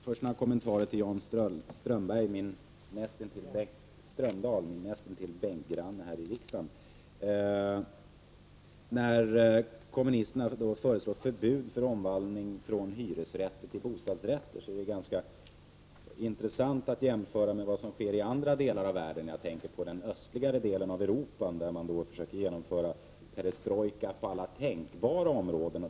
Fru talman! Först några kommentarer till Jan Strömdahl, som är nästintill min bänkgranne här i riksdagen. När kommunisterna föreslår förbud mot omvandling av hyresrätter till bostadsrätter är det ganska intressant att jämföra med vad som sker i andra delar av världen. Jag tänker på den östligare delen av Europa, där man försöker genomföra perestrojka på alla tänkbara områden.